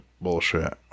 bullshit